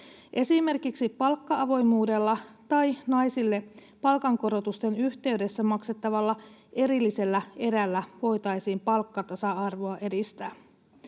Esimerkiksi palkka-avoimuudella tai naisille palkankorotusten yhteydessä maksettavalla erillisellä erällä voitaisiin palkkatasa-arvoa edistää.